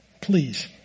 Please